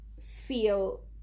feel